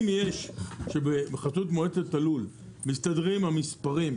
אם בחסות מועצת הלול מסתדרים המספרים,